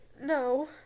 No